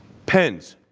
pens.